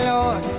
Lord